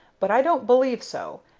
but i don't believe so,